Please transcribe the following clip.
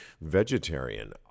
vegetarian